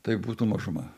tai būtų mažuma